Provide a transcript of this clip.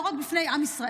לא רק בפני עם ישראל.